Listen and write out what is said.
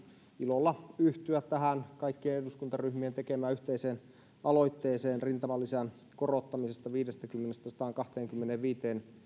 ilolla yhtyä tähän kaikkien eduskuntaryhmien tekemään yhteiseen aloitteeseen rintamalisän korottamisesta viidestäkymmenestä sataankahteenkymmeneenviiteen